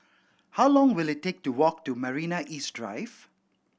how long will it take to walk to Marina East Drive